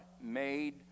made